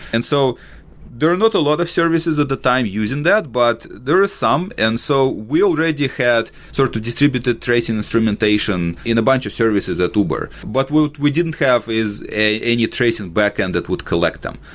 and so there are not a lot of services at the time using that, because but there were some. and so we already had sort of distributed tracing instrumentation in a bunch of services at uber. but what we didn't have is a and yeah tracing backend that would collect them.